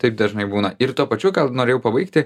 taip dažnai būna ir tuo pačiu gal norėjau pabaigti